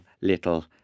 little